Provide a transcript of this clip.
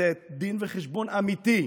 לתת דין וחשבון אמיתי,